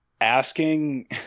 asking